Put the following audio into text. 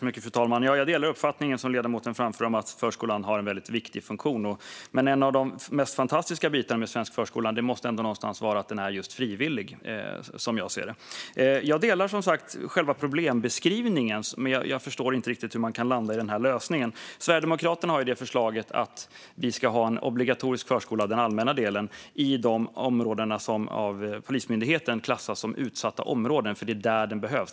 Fru talman! Jag delar den uppfattning som ledamoten framför, att förskolan har en viktig funktion. Men en av de mest fantastiska bitarna med svensk förskola måste ändå vara att den är just frivillig, som jag ser det. Jag håller som sagt med om själva problembeskrivningen, men jag förstår inte hur man kan landa i den lösningen. Sverigedemokraterna har förslaget att vi ska ha en obligatorisk förskola - den allmänna delen - i de områden som av Polismyndigheten klassas som utsatta områden, för det är där den behövs.